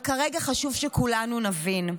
כרגע חשוב שכולנו נבין: